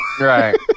right